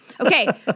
Okay